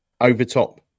overtop